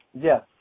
Yes